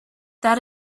that